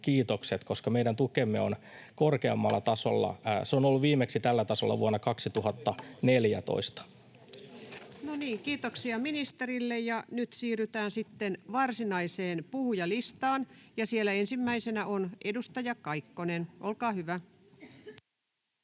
kiitokset, koska meidän tukemme on korkeammalla tasolla. Se on ollut viimeksi tällä tasolla vuonna 2014. No niin, kiitoksia ministerille. — Nyt siirrytään sitten varsinaiseen puhujalistaan. — Siellä ensimmäisenä on edustaja Kaikkonen. Olkaa hyvä.